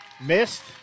missed